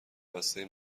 بسته